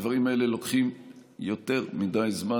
הדברים האלה לוקחים יותר מדי זמן,